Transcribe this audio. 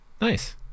Nice